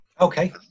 Okay